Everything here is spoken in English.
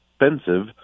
expensive